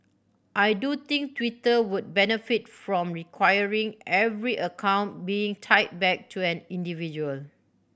I do think Twitter would benefit from requiring every account being tied back to an individual